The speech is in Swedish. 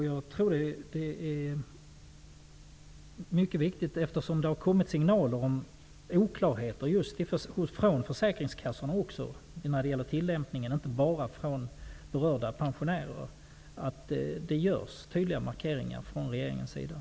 Jag tror att det är mycket viktigt, eftersom det har kommit signaler om oklarheter även från försäkringskassorna när det gäller tillämpningen och inte bara från berörda pensionärer. Det är viktigt att regeringen gör tydliga markeringar.